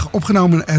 opgenomen